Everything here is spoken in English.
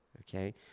okay